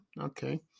Okay